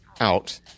out